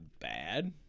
bad